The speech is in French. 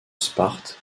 sparte